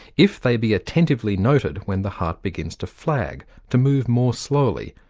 if they be attentively noted when the heart begins to flag, to move more slowly,